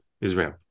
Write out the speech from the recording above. Israel